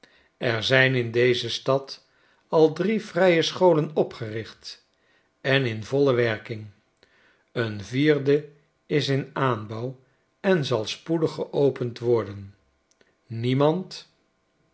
er zijn in deze stad al drie vrije scholen opgericht en in voile werking een vierde is in aanbouw en zal spoedig geopend worden niemand